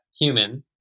human